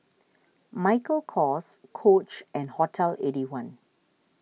Michael Kors Coach and Hotel Eighty One